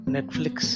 Netflix